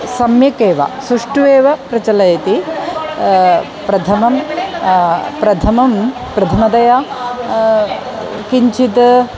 सम्यक् एव सुष्ठुः एव प्रचलति प्रथमं प्रथमं प्रथमतया किञ्चित्